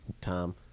tom